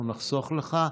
אנחנו נחסוך לך.